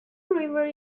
river